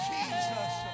Jesus